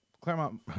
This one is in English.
claremont